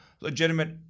legitimate